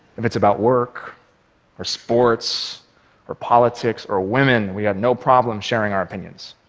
if it's about work or sports or politics or women, we have no problem sharing our opinions,